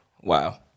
Wow